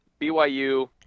BYU